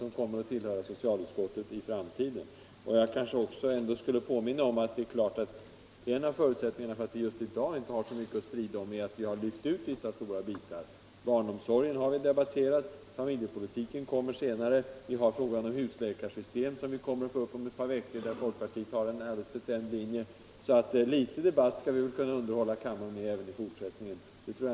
Mcn det bör kanske tilläggas att en av orsakerna till att vi I dag inte har så mycket alt strida om är att vi har lyft ut vissa stora frågor. Barnomsorgerna har vi redan debatterat, familjepolitiken kommer senare. Frågan om husläkarsystem, där folkpartiet har en alldeles bestämd linje, kommer upp om några veckor, så litet debatt skall vi nog kunna underhålla kammaren med även i fortsättningen.